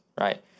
right